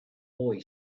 boy